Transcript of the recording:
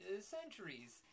centuries